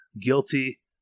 guilty